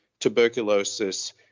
tuberculosis